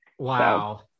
Wow